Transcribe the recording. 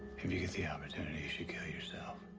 if you get the opportunity, you should kill yourself.